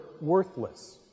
worthless